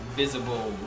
visible